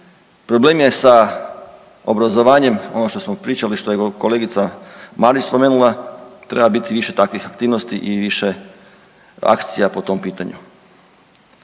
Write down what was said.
problem je sa obrazovanjem ono što smo pričali što je kolegica Marić spomenula, treba biti više takvih aktivnosti i više akcija po tom pitanju.